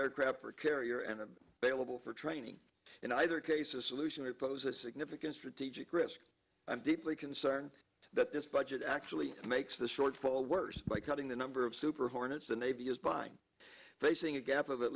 aircraft carrier and a bailable for training in either case a solution or pose a significant strategic risk i'm deeply concerned that this budget actually makes the shortfall worse by cutting the number of super hornets the navy is buying facing a gap of at